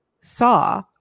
saw